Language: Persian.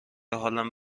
حالم